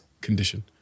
condition